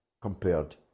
compared